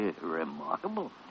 Remarkable